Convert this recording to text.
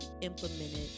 implemented